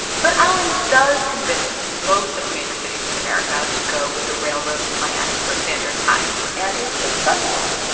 but allen does convince most of major cities in america to go with the railroads' plan for standard time and he's successful.